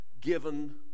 given